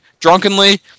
Drunkenly